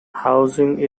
housing